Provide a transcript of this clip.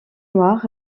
noir